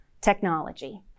technology